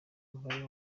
umubare